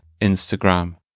Instagram